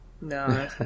No